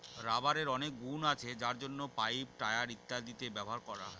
রাবারের অনেক গুন আছে যার জন্য পাইপ, টায়ার ইত্যাদিতে ব্যবহার হয়